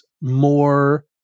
more